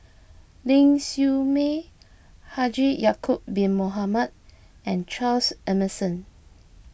Ling Siew May Haji Ya'Acob Bin Mohamed and Charles Emmerson